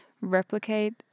replicate